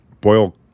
boil